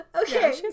okay